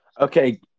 Okay